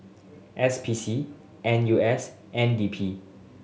S P C N U S N D P